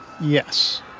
Yes